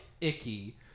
icky